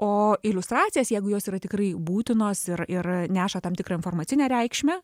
o iliustracijas jeigu jos yra tikrai būtinos ir ir neša tam tikrą informacinę reikšmę